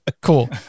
Cool